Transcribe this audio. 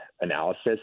analysis